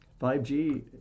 5G